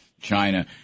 China